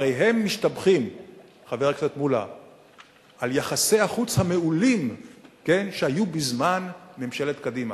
הרי הם משתבחים ביחסי החוץ המעולים שהיו בזמן ממשלת קדימה.